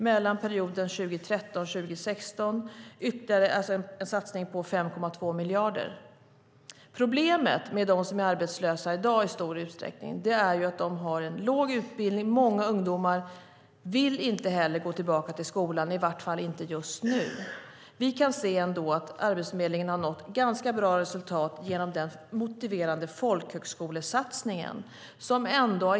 Under perioden 2013-2016 är det en satsning på 5,2 miljarder. Problemet med dem som är arbetslösa i dag är att de i stor utsträckning har en låg utbildning. Många ungdomar vill inte heller gå tillbaka till skolan, i alla fall inte just nu. Vi kan ändå se att Arbetsförmedlingen har nått ganska bra resultat genom den motiverande folkhögskolesatsningen.